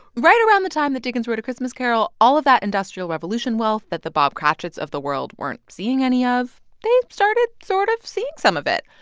right around the time that dickens wrote a christmas carol, all of that industrial revolution wealth that the bob cratchits of the world weren't seeing any of they started sort of seeing some of it.